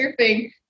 surfing